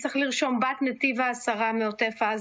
אני מזמין את חברת הכנסת מירב בן ארי להשלים את דבריה,